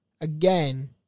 Again